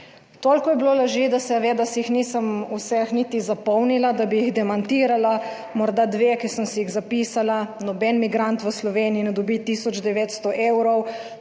Toliko je bilo laži, da seveda si jih nisem vseh niti zapomnila, da bi jih demantirala. Morda dve, ki sem si jih zapisala. Noben migrant v Sloveniji ne dobi 1900 evrov.